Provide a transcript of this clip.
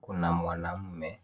Kuna mwanaume